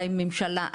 אולי ממשלה,